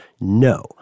No